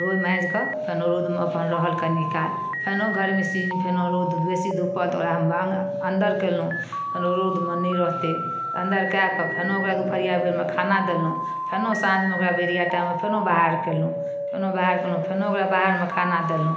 धो माँजिकऽ तहन ओ रौदमे रहल अपन कनि काल फेनो घरमे फेनो रौद बेसी धुप तऽ ओकरा हम बान्ह अन्दर कयलहुँ फेनो रौदमे नहि रहतय अन्दर कए कऽ फेनो ओकरा दुपहरिया बेरमे खाना देलहुँ फेनो साँझमे ओकरा बेरिया टाइममे फेनो बाहर कयलहुँ फेनो बाहर कयलहुँ फेनो बाहरमे खाना देलहुँ